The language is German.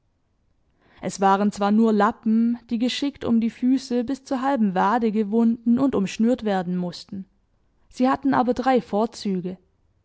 es waren zwar nur lappen die geschickt um die füße bis zur halben wade gewunden und umschnürt werden mußten sie hatten aber drei vorzüge